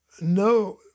no